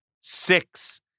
six